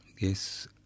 Yes